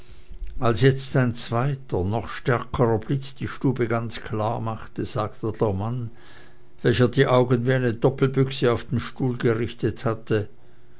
als jetzt ein zweiter noch stärkerer blitz die stube ganz klar machte sagte der mann welcher die augen wie eine doppelbüchse auf den stuhl gerichtet hatte